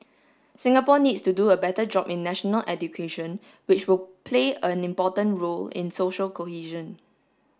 Singapore needs to do a better job in national education which will play an important role in social cohesion